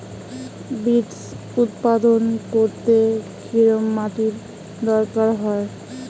Beets উৎপাদন করতে কেরম মাটির দরকার হয়?